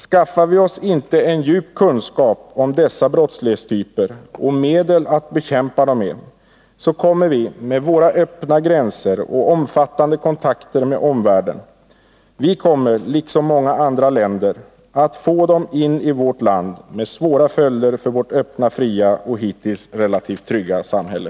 Skaffar vi oss inte djup kunskap om dessa brottslighetstyper och medel att bekämpa dem med, kommer vi, med våra öppna gränser och omfattande kontakter med omvärlden, att liksom många andra länder få dem in i landet, med svåra följder för vårt öppna, fria och hittills relativt trygga samhälle.